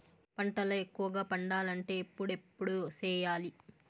పంటల ఎక్కువగా పండాలంటే ఎప్పుడెప్పుడు సేయాలి?